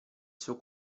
suo